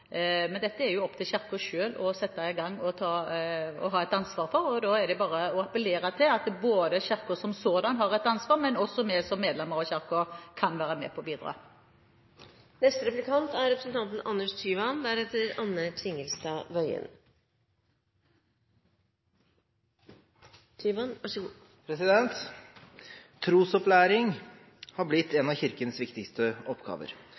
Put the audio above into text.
Men dette er det opp til Kirken selv å sette i gang og ha ansvar for. Da er det bare å appellere til at Kirken som sådan har et ansvar, men også at vi som medlemmer av Kirken kan være med og bidra. Trosopplæring har blitt en av Kirkens viktigste oppgaver.